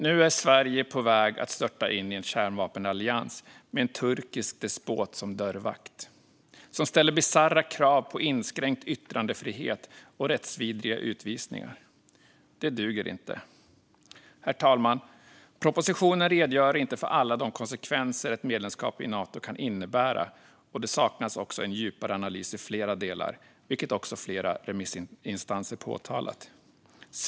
Nu är Sverige på väg att störta in i en kärnvapenallians med en turkisk despot som dörrvakt, som ställer bisarra krav på inskränkt yttrandefrihet och rättsvidriga utvisningar. Det duger inte. Herr talman! Propositionen redogör inte för alla de konsekvenser ett medlemskap i Nato kan innebära, och det saknas också en djupare analys i flera delar, vilket också flera remissinstanser påpekat.